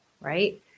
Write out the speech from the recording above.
Right